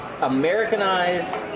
Americanized